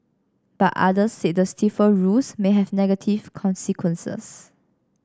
but others said the stiffer rules may have negative consequences